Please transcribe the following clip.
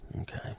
Okay